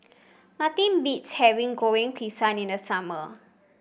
nothing beats having Goreng Pisang in the summer